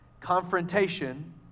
confrontation